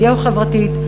הגיאו-חברתית,